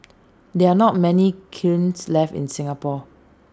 there are not many kilns left in Singapore